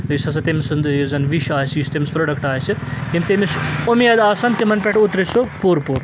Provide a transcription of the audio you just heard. یُس ہَسا تٔمۍ سُنٛد یُس زَن وِش آسہِ یُس تٔمِس پرٛوڈَکٹ آسہِ یِم تٔمِس اُمید آسَن تِمَن پٮ۪ٹھ اوترَے سُہ پوٚر پوٚر